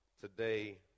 today